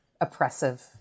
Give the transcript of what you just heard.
oppressive